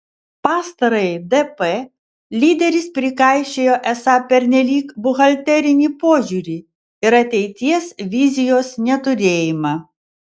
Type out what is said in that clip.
pastarajai dp lyderis prikaišiojo esą pernelyg buhalterinį požiūrį ir ateities vizijos neturėjimą